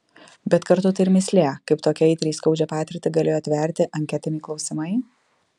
bet kartu tai ir mįslė kaip tokią aitriai skaudžią patirtį galėjo atverti anketiniai klausimai